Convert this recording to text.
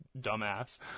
dumbass